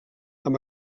amb